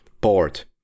port